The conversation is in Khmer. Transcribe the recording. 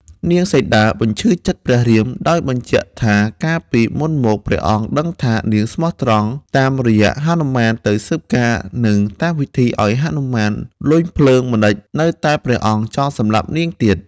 នាងសីតាបញ្ឈឺចិត្តព្រះរាម ដោយបញ្ជាក់ថាកាលពីមុនព្រះអង្គដឹងថានាងស្មោះត្រង់ តាមរយៈហនុមានទៅស៊ើបការនិងតាមវិធីឱ្យនាងលុយភ្លើងម្តេចនៅតែព្រះអង្គចង់សម្លាប់នាងទៀត។